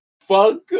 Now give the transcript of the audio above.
fuck